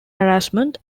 harassment